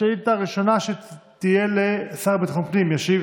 השאילתה הראשונה תהיה לשר לביטחון הפנים, ישיב